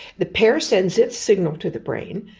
the pear sends its signal to the brain,